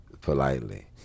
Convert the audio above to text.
politely